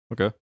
Okay